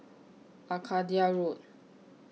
Arcadia Road